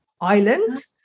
island